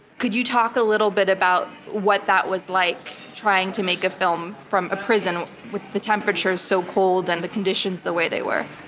could you talk a little bit about what that was like, trying to make a film from a prison, with the temperatures so cold and the conditions the way they were?